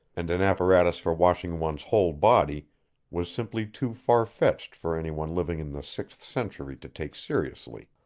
and an apparatus for washing one's whole body was simply too farfetched for anyone living in the sixth-century to take seriously.